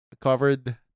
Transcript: covered